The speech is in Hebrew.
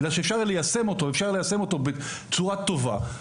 אלא שאפשר יהיה ליישם אותו ואפשר ליישם אותו בצורה טובה.